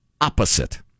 opposite